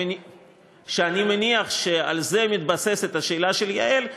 שאני מניח שעל זה מתבססת השאלה של יעל,